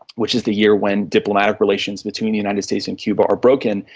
which is the year when diplomatic relations between the united states and cuba are broken,